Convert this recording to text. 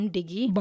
Diggy